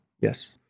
Yes